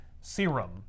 serum